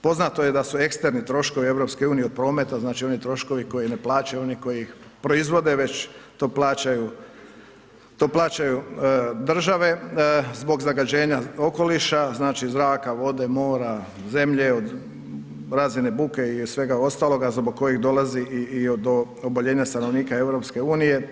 Poznato je da su eksterni troškovi EU od prometa znači oni troškovi koji ne plaćaju oni koji ih proizvode, već to plaćaju države zbog zagađenja okoliša znači zraka, vode, mora, zemlje od razine buke i od svega ostaloga zbog kojih dolazi i do oboljenja stanovnika EU.